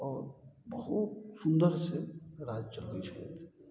आओर बहुत सुन्दरसँ राज चलबय छलथि